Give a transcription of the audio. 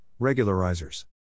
regularizers